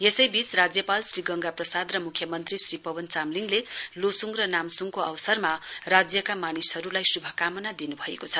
यसैबीच राज्यपाल श्री गंगा प्रसाद र मुख्यमन्त्री श्री पवन चामलिङले लोसुङ र नाम्सुङको अवसरमा राज्यका मानिसहरूलाई शुभकामना दिनु भएको छ